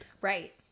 right